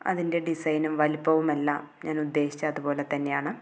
അതിൻ്റെ ഡിസൈനും വലുപ്പവും എല്ലാം ഞാൻ ഉദ്ദേശിച്ച അതുപോലെ തന്നെയാണ്